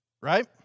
right